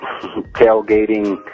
tailgating